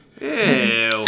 Ew